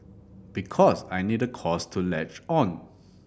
because I need a cause to latch on